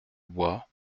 bois